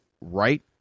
right